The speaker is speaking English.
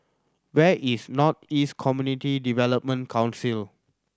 where is North East Community Development Council